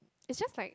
it's just like